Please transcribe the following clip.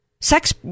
sex